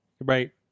Right